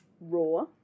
raw